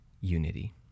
unity